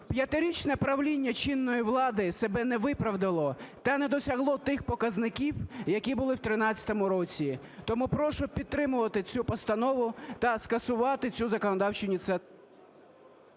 п'ятирічне правління чинної влади себе не виправдало та не досягло тих показників, які були в 13-му році. Тому прошу підтримувати цю постанову та скасувати цю законодавчу ініціативу.